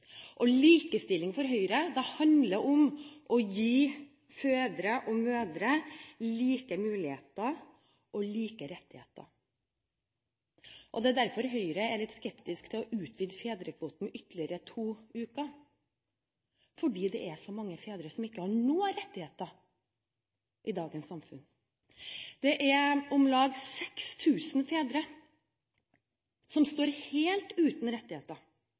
likestilling. Likestilling for Høyre handler om å gi fedre og mødre like muligheter og like rettigheter. Det er derfor Høyre er litt skeptisk til å utvide fedrekvoten med ytterligere to uker – fordi det er så mange fedre som ikke har noen rettigheter i dagens samfunn. Det er om lag 6 000 fedre som står helt uten rettigheter.